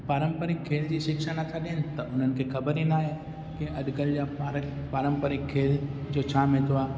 पारम्परिकु खेल जी शिक्षा नथा ॾियनि त उन्हनि खे ख़बरु ई न आहे की अॼुकल्ह जा पारम्परिकु खेल जो छा महत्व आहे